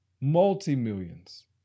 multi-millions